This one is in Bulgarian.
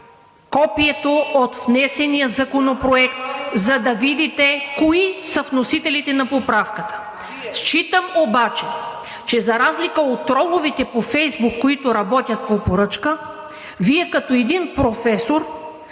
копие от внесения законопроект, за да видите кои са вносителите на поправката. Считам обаче, че за разлика от троловете по Фейсбук, които работят по поръчка, Вие като един професор